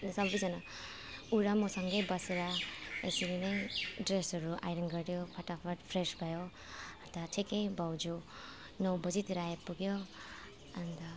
अनि सबैजना ऊ र मसँगै बसेर यसरी नै ड्रेसहरू आइरन गऱ्यौँ फटाफट फ्रेस भयौँ अन्त चाहिँ के भाउजू नौ बजीतिर आइपुग्यो अन्त